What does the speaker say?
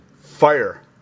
Fire